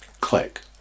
Click